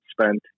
spent